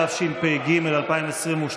התשפ"ג 2022,